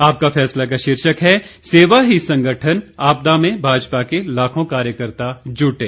आपका फैसला का शीर्षक है सेवा ही संगठन आपदा में भाजपा के लाखों कार्यकर्ता जुटे